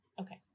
Okay